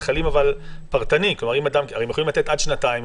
הרי הם יכולים לתת עד שנתיים,